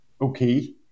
okay